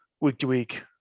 week-to-week